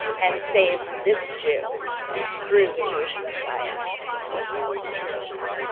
and saved this jew through the jewish messiah jesus yeshua